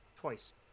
twice